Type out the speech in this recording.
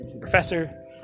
professor